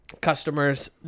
customers